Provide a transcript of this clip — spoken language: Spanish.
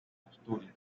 asturias